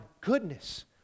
goodness